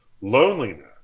loneliness